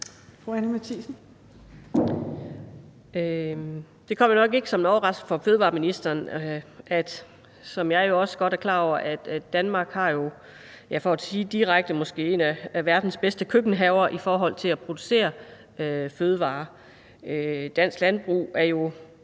Det kommer nok ikke som en overraskelse for fødevareministeren – og jeg er også godt klar over det – at Danmark, for at sige det direkte, måske har en af verdens bedste køkkenhaver i forhold til at producere fødevarer. Dansk landbrug er jo